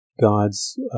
God's